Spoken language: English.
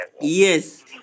yes